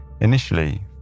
Initially